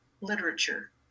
literature